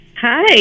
Hi